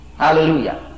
Hallelujah